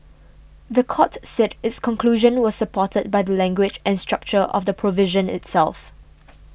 the court said its conclusion was supported by the language and structure of the provision itself